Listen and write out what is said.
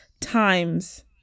times